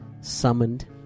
summoned